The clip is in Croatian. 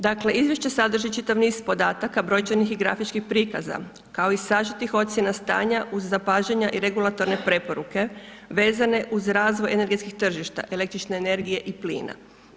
Dakle, izvješće sadrži čitav niz podataka, brojčanih i grafičkih prikaza, kao i sažetih ocjena stanja uz zapažanja i regulatorne preporuke, vezane uz razvoj energetskog tržišta, električne energije i plina.